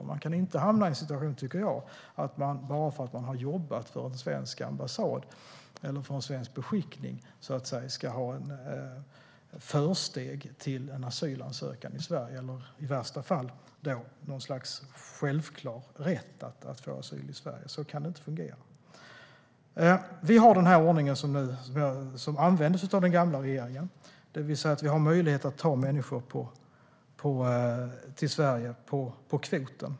Jag tycker inte att vi kan hamna i en situation där man bara för att man har jobbat för en svensk ambassad eller en svensk beskickning ska ha försteg till en asylansökan i Sverige eller i värsta fall, något slags självklar rätt att få asyl i Sverige. Så kan det inte fungera. Vi har den här ordningen som användes av den gamla regeringen, det vill säga vi har möjlighet att ta människor till Sverige på kvoten.